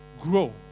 grow